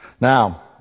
Now